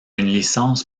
licence